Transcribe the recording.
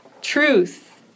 truth